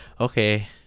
okay